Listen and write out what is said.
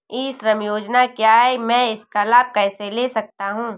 ई श्रम योजना क्या है मैं इसका लाभ कैसे ले सकता हूँ?